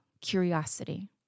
curiosity